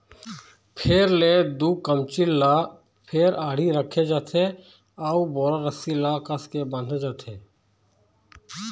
फेर ले दू कमचील ल फेर आड़ी रखे जाथे अउ बोरा रस्सी ले कसके बांधे जाथे